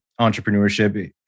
entrepreneurship